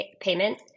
payment